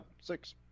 six